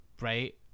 right